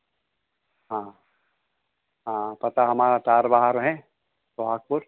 हाँ हाँ हाँ पता हमारा तारबहार है सोहागपुर